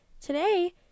today